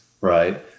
right